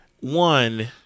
one